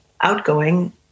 outgoing